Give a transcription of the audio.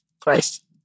Christ